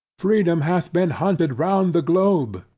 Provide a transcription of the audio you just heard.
freedom hath been hunted round the globe.